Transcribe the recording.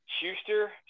Schuster